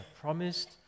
promised